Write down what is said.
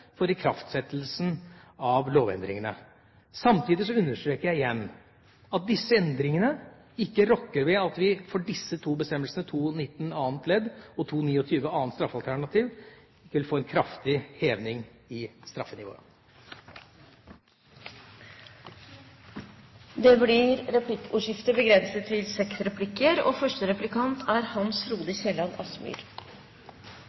forsinkelse for ikraftsettelsen av lovendringene. Samtidig understreker jeg igjen at disse endringene ikke rokker ved at vi for disse to bestemmelsene, § 219 annet ledd og § 229 annet straffealternativ, vil få en kraftig heving i straffenivået. Det blir replikkordskifte. Først må jeg bemerke at statsråden er svært selektiv når det gjelder hva han har hørt, når han refererer til